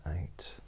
eight